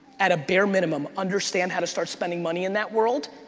at a bare minimum, understand how to start spending money in that world,